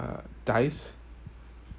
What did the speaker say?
uh dies